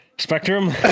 Spectrum